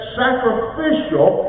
sacrificial